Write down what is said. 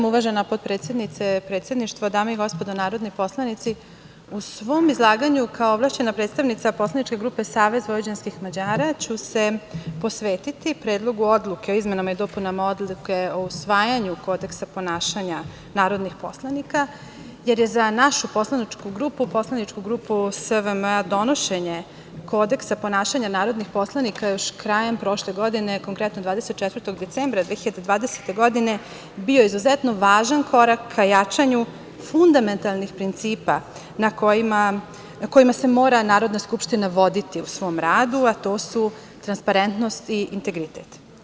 Uvažena potpredsednice, predsedništvo, dame i gospodo narodni poslanici, u svom izlaganju kao ovlašćena predstavnica poslaničke grupe SVM ću se posvetiti Predlogu odluke o izmenama i dopunama Odluke o usvajanju Kodeksa ponašanja narodnih poslanika, jer je za našu poslaničku grupu SVM donošenje Kodeksa ponašanja narodnih poslanika još krajem prošle godine, konkretno 24. decembra 2020. godine, bio izuzetno važan korak ka jačanju fundamentalnih principima kojima se mora Narodna skupština voditi u svom radu, a to su transparentnost i integritet.